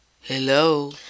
Hello